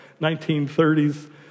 1930s